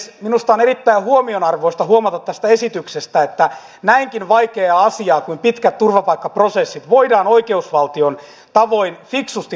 minusta on erittäin huomionarvoista huomata tästä esityksestä että näinkin vaikeaa asiaa kuin pitkät turvapaikkaprosessit voidaan oikeusvaltion tavoin fiksusti hoitaa